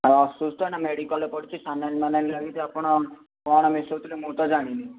ଅସୁସ୍ଥ ଏଇନା ମେଡ଼ିକାଲ୍ରେ ପଡ଼ିଛି ସାଲାଇନ୍ ଫାଲାଇନ୍ ଲାଗିଛି ଆପଣ କଣ ମିଶଉଥିଲେ ମୁଁ ତ ଜାଣିନି